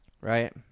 Right